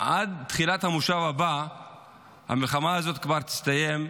שעד תחילת המושב הבא המלחמה הזאת כבר תסתיים,